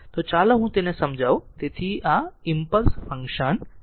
તેથી ચાલો હું તેને સમજાવું તેથી આ ઈમ્પલસ ફંક્શન છે